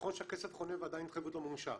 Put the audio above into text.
--- נכון שהכסף חונה ועדיין ההתחייבות לא מומשה,